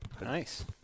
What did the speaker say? Nice